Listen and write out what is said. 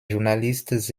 journalistes